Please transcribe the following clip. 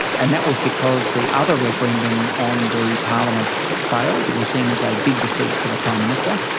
and that was because the other referendum on the parliament failed, it was seen as a big defeat for the prime minister,